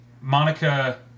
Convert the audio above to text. Monica